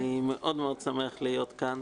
אני מאוד מאוד שמח להיות כאן,